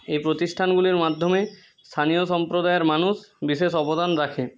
এই প্রতিষ্ঠানগুলির মাধ্যমে স্থানীয় সম্প্রদায়ের মানুষ বিশেষ অবদান রাখে